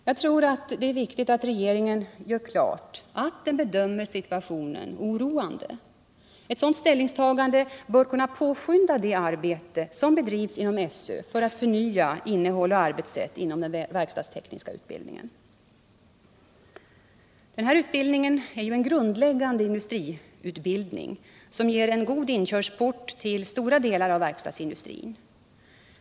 Jag tror att det är viktigt att regeringen gör klart att den bedömer situationen som oroande. Ett sådant ställningstagande bör kunna påskynda det arbete som bedrivs inom SÖ för att förnya innehåll och arbetssätt inom den verkstadstekniska utbildningen. Denna utbildning är en grundläggande industriutbildning som ger en god inkörsport till stora delar av verkstadsindustrin.